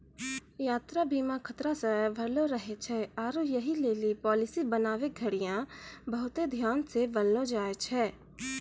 यात्रा बीमा खतरा से भरलो रहै छै आरु यहि लेली पालिसी बनाबै घड़ियां बहुते ध्यानो से बनैलो जाय छै